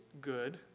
good